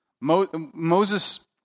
Moses